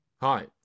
Hi